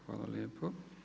Hvala lijepo.